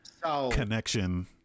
connection